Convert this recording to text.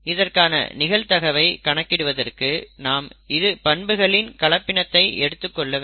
இதற்கான நிகழ்தகவை கணக்கிடுவதற்கு நாம் இரு பண்புகளின் கலப்பினத்தை எடுத்துக் கொள்ள வேண்டும்